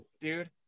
Dude